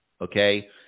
okay